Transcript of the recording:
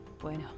Bueno